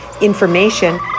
information